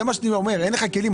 זה מה שאני אומר, אין לך כלים.